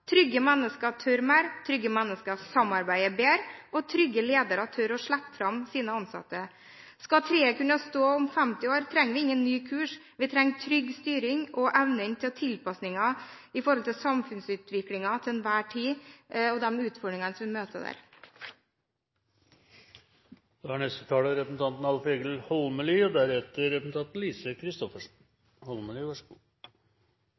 Trygge mennesker tør mer, trygge mennesker samarbeider bedre, og trygge ledere tør å slippe fram sine ansatte. Skal treet kunne stå om 50 år, trenger vi ingen ny kurs. Vi trenger trygg styring og evne til – til enhver tid – å tilpasse oss samfunnsutviklingen og de utfordringene vi vil møte. Som mange har vore inne på før her i dag, har vi mykje å vere stolte av i norsk økonomi og